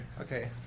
Okay